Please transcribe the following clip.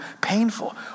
painful